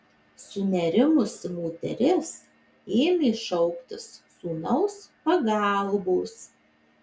sunerimusi moteris ėmė šauktis sūnaus pagalbos